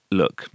look